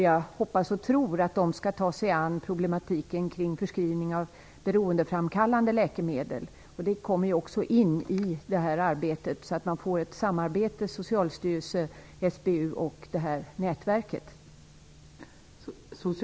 Jag hoppas och tror att de skall ta sig an problemen med förskrivning av beroendeframkallande läkemedel. Det ingår i arbetet med att få ett samarbete mellan Socialstyrelse, SBU